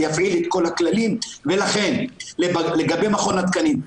לכן לגבי מכון התקנים,